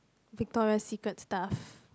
Victoria Secret stuff